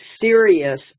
serious